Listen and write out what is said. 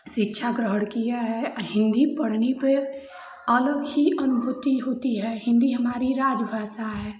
शिक्षा ग्रहण किया है हिन्दी पढ़ने पर आनन्द की अनुभूति होती है हिन्दी हमारी राज भाषा है